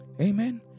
Amen